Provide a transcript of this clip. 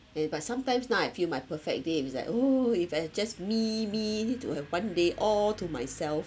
eh but sometimes now I feel my perfect day is like oh if it's just me me need to have one day all to myself